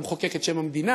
אתה מחוקק את שם המדינה,